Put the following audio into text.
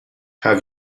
have